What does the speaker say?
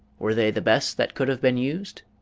were they the best that could have been used?